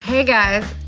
hey, guys.